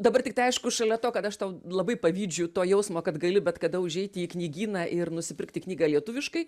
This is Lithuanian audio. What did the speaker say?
dabar tiktai aišku šalia to kad aš tau labai pavydžiu to jausmo kad gali bet kada užeiti į knygyną ir nusipirkti knygą lietuviškai